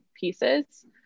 pieces